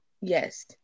yes